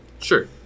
Sure